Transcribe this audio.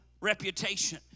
Reputation